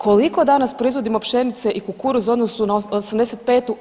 Koliko danas proizvodimo pšenice i kukuruz u odnosu na 85.